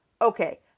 okay